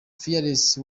fearless